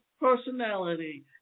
personality